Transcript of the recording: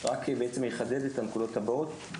רק בעצם אחדד את הנקודות הבאות.